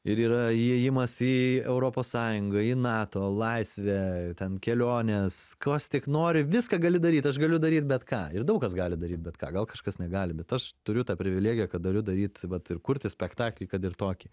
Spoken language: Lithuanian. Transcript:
ir yra įėjimas į europos sąjungą į nato laisvę ten kelionės kas tik nori viską gali daryt aš galiu daryt bet ką ir daug kas gali daryt bet ką gal kažkas negali bet aš turiu tą privilegiją kad galiu daryt vat ir kurti spektaklį kad ir tokį